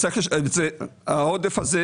העודף הזה,